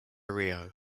rio